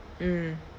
mm